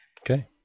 okay